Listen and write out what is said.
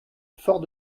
fort